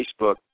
Facebook